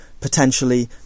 potentially